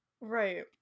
right